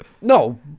No